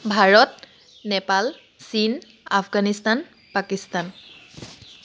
ভাৰত নেপাল চীন আফগানিস্তান পাকিস্তান